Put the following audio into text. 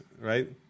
right